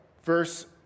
verse